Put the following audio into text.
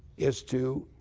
is to